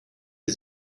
sie